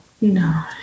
No